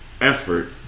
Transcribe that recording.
effort